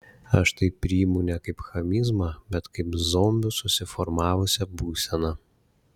aš tai priimu ne kaip chamizmą bet kaip zombių susiformavusią būseną